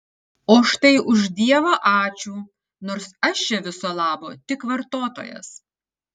o štai už dievą ačiū nors aš čia viso labo tik vartotojas